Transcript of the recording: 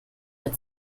mehr